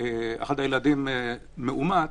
אחד הילדים מאומת,